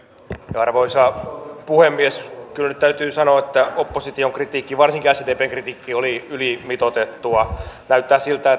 arvoisa puhemies kyllä nyt täytyy sanoa että opposition kritiikki varsinkin sdpn kritiikki oli ylimitoitettua näyttää siltä